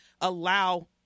allow